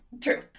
True